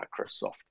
microsoft